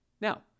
Now